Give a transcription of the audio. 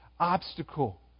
obstacle